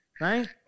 right